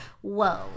Whoa